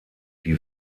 die